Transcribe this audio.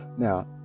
Now